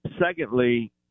Secondly